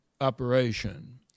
operation